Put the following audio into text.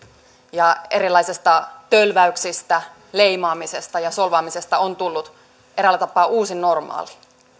ja erilaisista tölväyksistä leimaamisesta ja solvaamisesta on tullut eräällä tapaa uusi normaali